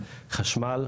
חשמל,